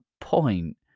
point